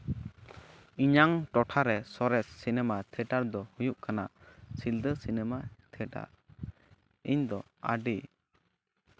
ᱤᱧᱟᱝ ᱴᱚᱴᱷᱟᱨᱮ ᱥᱚᱨᱮᱥ cinema theatre ᱫᱚ ᱦᱩᱭᱩᱜ ᱠᱟᱱᱟ ᱥᱤᱞᱫᱟᱹ ᱥᱤᱱᱮᱢᱟ ᱛᱷᱤᱭᱮᱴᱟᱨ ᱤᱧ ᱫᱚ ᱟᱹᱰᱤ